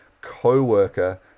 co-worker